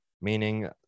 meaning